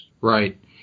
Right